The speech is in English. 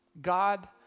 God